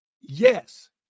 Yes